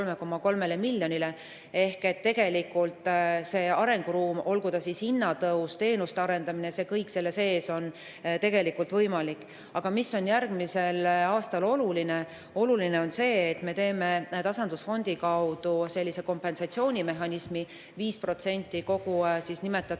Ehk tegelikult arenguruum, olgu see siis hinnatõus või teenuste arendamine, on kõik selle sees tegelikult võimalik. Aga mis on järgmisel aastal oluline? Oluline on see, et me teeme tasandusfondi kaudu kompensatsioonimehhanismi, 5% kogu nimetatud